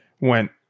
went